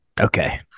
Okay